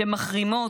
שמחרימות.